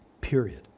period